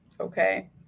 okay